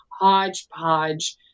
hodgepodge